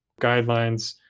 guidelines